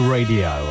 Radio